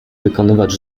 wykonywać